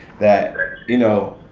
that you know,